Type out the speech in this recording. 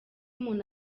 umuntu